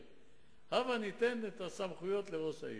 הבה ניתן את הסמכויות לראש העיר.